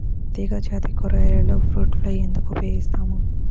తీగజాతి కూరగాయలలో fruit fly ఎందుకు ఉపయోగిస్తాము?